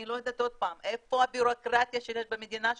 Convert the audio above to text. אני לא יודעת עוד פעם איפה הבירוקרטיה במדינה שלנו,